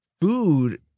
food